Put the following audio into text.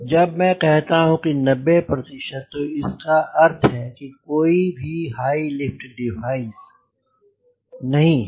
जब मैं कहता हूँ 90 प्रतिशत तो इसका अर्थ है कि कोई भी हाई लिफ्ट डिवाइस नहीं है